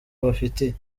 abafitiye